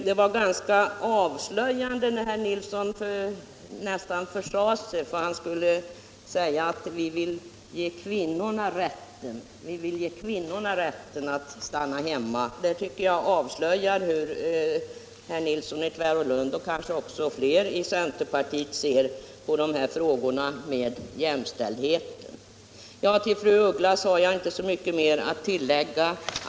Det var ganska avslöjande när herr Nilsson i Tvärålund nästan försade sig, att han ville ge kvinnorna rätten att stanna hemma. Det tycker jag avslöjar hur herr Nilsson i Tvärålund och kanske fler i centerpartiet ser på frågorna om jämställdheten. Till fru af Ugglas har jag inte mycket mer att tillägga.